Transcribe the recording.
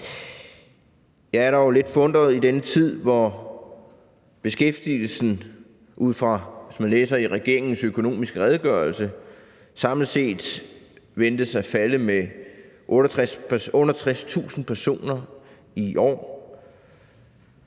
Jeg er dog lidt forundret i denne tid, hvor beskæftigelsen, ud fra hvad man læser i regeringens økonomiske redegørelse, samlet set ventes at falde med 68.000 personer i år.